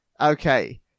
Okay